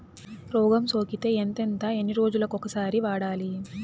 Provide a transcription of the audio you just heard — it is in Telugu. రోగం సోకితే ఎంతెంత ఎన్ని రోజులు కొక సారి వాడాలి?